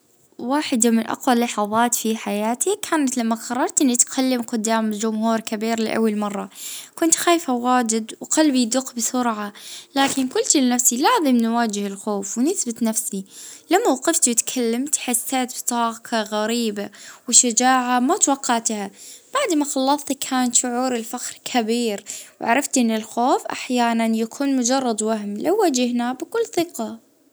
اه وجد واجهت رهبة ال إني نتكلم قدام جمهور كبير لأول مرة كنت اه خايفة، ما بعدها حسيت بالفخر والثقة في نفسي.